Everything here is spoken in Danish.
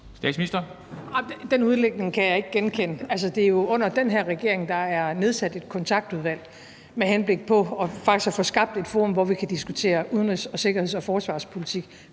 Frederiksen): Den udlægning kan jeg ikke genkende. Altså, det er jo under den her regering, at der er nedsat et kontaktudvalg med henblik på faktisk at få skabt et forum, hvor vi kan diskutere udenrigs- og sikkerheds- og forsvarspolitik